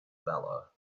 valour